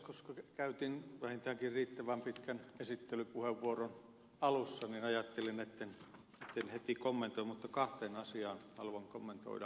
koska käytin vähintäänkin riittävän pitkän esittelypuheenvuoron alussa niin ajattelin etten heti kommentoi mutta kahteen asiaan haluan kommentoida